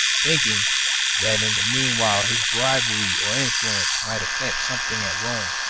thinking that in the meanwhile his bribery or influence might effect something at rome.